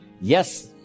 Yes